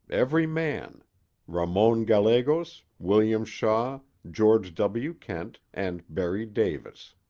every man ramon gallegos, william shaw, george w. kent and berry davis.